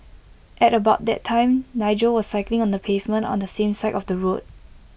at about that time Nigel was cycling on the pavement on the same side of the road